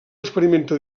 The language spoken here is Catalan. experimenta